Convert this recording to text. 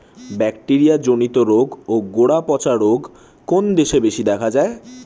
Bacteria জনিত রোগ ও গোড়া পচা রোগ কোন দেশে বেশি দেখা যায়?